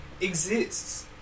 exists